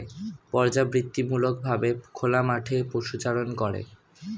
পর্যাবৃত্তিমূলক ভাবে খোলা মাঠে পশুচারণ করে